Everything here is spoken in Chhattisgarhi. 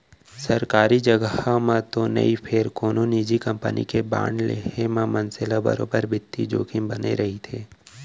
सरकारी जघा म तो नई फेर कोनो निजी कंपनी के बांड लेहे म मनसे ल बरोबर बित्तीय जोखिम बने रइथे